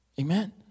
Amen